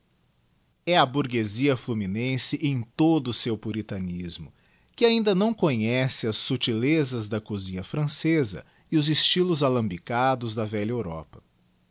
e a burguezia fluminense em todo o seu puritadigiti zedby google nismo que ainda não conhece as subtilezas da cosinha franceza e os estylos alambicados da velha europa